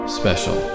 special